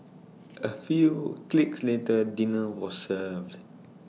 A few clicks later dinner was served